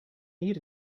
need